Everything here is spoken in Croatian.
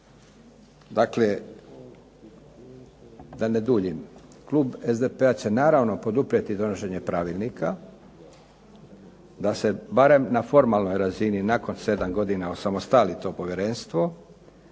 Dakle, da ne duljim, klub SDP-a će naravno poduprijeti donošenje pravilnika da se barem na formalnoj razini nakon 7 godina osamostali to povjerenstvo,